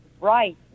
right